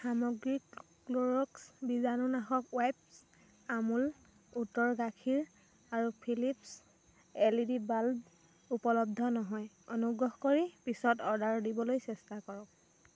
সামগ্ৰী ক্ল'ৰ'ক্স বীজাণুনাশক ৱাইপছ্ আমুল উটৰ গাখীৰ আৰু Philips L E D bulb উপলব্ধ নহয় অনুগ্ৰহ কৰি পিছত অৰ্ডাৰ দিবলৈ চেষ্টা কৰক